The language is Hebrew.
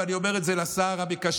ואני אומר את זה לשר המקשר,